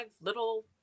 little